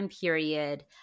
period